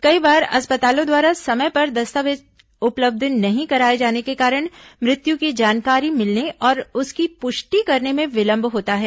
कई बार अस्पतालों द्वारा समय पर दस्तावेज उपलब्ध नहीं कराए जाने के कारण मृत्यु की जानकारी मिलने और उसकी पुष्टि करने में विलंब होता है